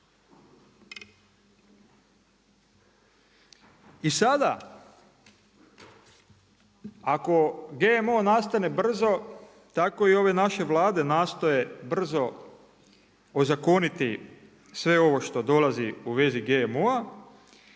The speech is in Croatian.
I sada ako GMO nastane brzo, tako i ove naše Vlade nastoje brzo ozakoniti sve ovo što dolazi u vezi GMO-a.